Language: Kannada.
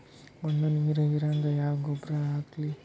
ಮಣ್ಣ ನೀರ ಹೀರಂಗ ಯಾ ಗೊಬ್ಬರ ಹಾಕ್ಲಿ?